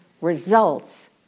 results